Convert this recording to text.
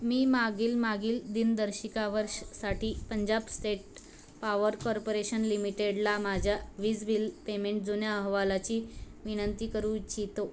मी मागील मागील दिनदर्शिका वर्षासाठी पंजाब स्टेट पावर कॉर्पोरेशन लिमिटेडला माझ्या वीज बिल पेमेंट जुन्या अहवालाची विनंती करू इच्छितो